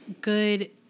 good